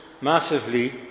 massively